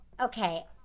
Okay